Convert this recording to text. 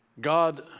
God